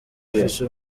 afise